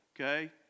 Okay